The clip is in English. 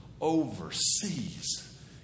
overseas